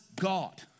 God